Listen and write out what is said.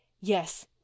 Yes